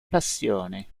passione